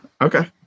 okay